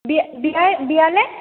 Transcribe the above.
বিয়া বিয়াৰ বিয়ালে